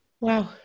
Wow